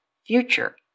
future